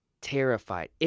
terrified